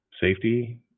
safety